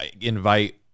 invite